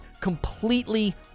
completely